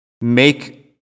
make